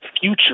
future